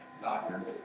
soccer